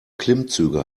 klimmzüge